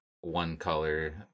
one-color